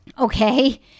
Okay